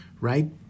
right